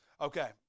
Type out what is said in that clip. Okay